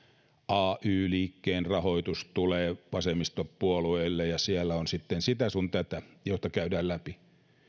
ay liikkeen rahoitus tulee vasemmistopuolueille ja siellä on sitten sitä sun tätä mitä käydään läpi